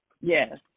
Yes